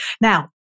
Now